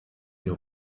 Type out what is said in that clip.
ihr